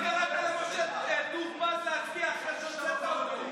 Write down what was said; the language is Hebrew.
לוועדה שתקבע ועדת הכנסת נתקבלה.